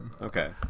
Okay